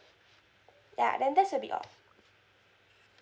ya then that's a bit of